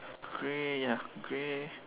grey ya grey